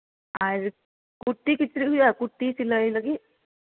ᱟᱨ ᱠᱩᱨᱛᱤ ᱠᱤᱪᱨᱤᱡ ᱦᱩᱭᱩᱜᱼᱟ ᱠᱩᱨᱛᱤ ᱥᱤᱞᱟᱹᱭ ᱞᱟᱹᱜᱤᱫ